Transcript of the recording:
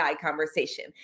conversation